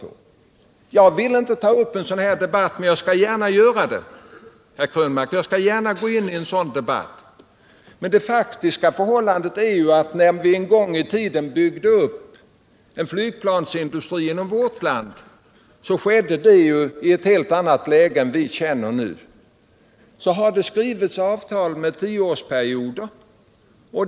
Jag vill egentligen inte ta upp en sådan här debatt, men jag skall ändå något gå in i den. Det faktiska förhållandet är att när vi en gång i tiden byggde upp en flygplansindustri i vårt land skedde det i ett helt annat läge än det vi nu känner. Det har sedan dess skrivits avtal med tioårsintervali.